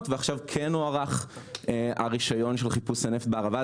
ועכשיו כן הוארך הרישיון לחיפוש נפט בערבה.